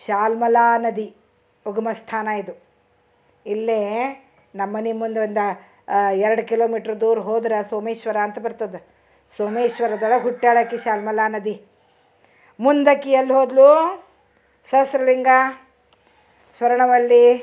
ಶಾಲ್ಮಲ ನದಿ ಉಗಮ ಸ್ಥಾನ ಇದು ಇಲ್ಲೇ ನಮ್ಮನಿ ಮುಂದ ಒಂದು ಎರಡು ಕಿಲೋಮೀಟ್ರ್ ದೂರ ಹೋದ್ರ ಸೋಮೇಶ್ವರ ಅಂತ ಬರ್ತದ ಸೋಮೇಶ್ವರದೊಳಗ ಹುಟ್ಯಾಳ ಆಕಿ ಶಾಲ್ಮಲ ನದಿ ಮುಂದಕಿ ಎಲ್ಲಿ ಹೋದ್ಲೂ ಸಹಸ್ರಲಿಂಗ ಸ್ವರ್ಣವಲ್ಲಿ